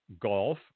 golf